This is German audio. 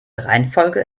reihenfolge